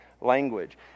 language